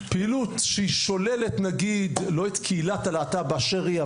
פעילות שהיא שוללת נגיד לא את קהילת הלהט"ב באשר היא,